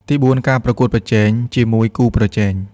ទីបួន ការប្រកួតប្រជែងជាមួយគូប្រជែង។